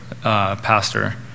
pastor